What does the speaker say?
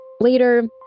Later